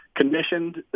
commissioned